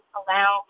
allow